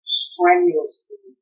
strenuously